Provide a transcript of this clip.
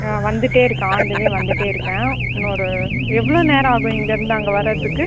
ஆ வந்துட்டே இருக்கேன் on the way வந்துட்டே இருக்கேன் இன்னும் ஒரு எவ்வளோ நேரம் ஆகும் இங்கேயிருந்து அங்கே வர்றதுக்கு